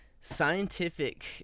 scientific